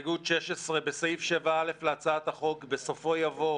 סעיף 4(ג) להצעת החוק - יימחק.